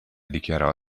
dichiarò